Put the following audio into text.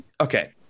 Okay